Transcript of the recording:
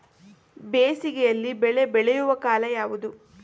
ಬೇಸಿಗೆ ಯಲ್ಲಿ ಬೆಳೆ ಬೆಳೆಯುವ ಕಾಲ ಯಾವುದು?